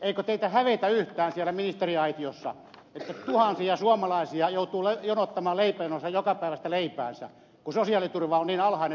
eikö teitä hävetä yhtään siellä ministeriaitiossa että tuhansia suomalaisia joutuu jonottamaan leipäjonossa jokapäiväistä leipäänsä kun sosiaaliturva on niin alhainen että sillä ei tule toimeen